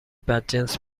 بدجنس